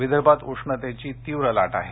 विदर्भात उष्णतेची तीव्र लाट आहे